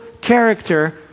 character